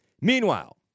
Meanwhile